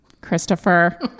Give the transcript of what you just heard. Christopher